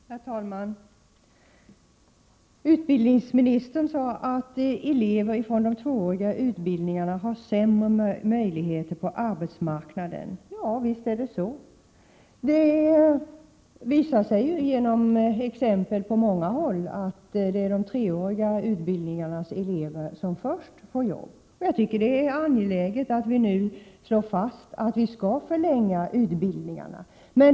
Herr talman! Utbildningsministern sade att elever från de tvååriga utbildningarna har sämre möjligheter på arbetsmarknaden. Ja, visst är det så. Exempel från alla håll visar att det är elever som gått de treåriga utbildningarna som först får jobb. Jag tycker att det är angeläget att vi nu slår fast att vi skall förlänga utbildningarna.